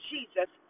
Jesus